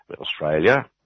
Australia